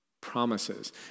Promises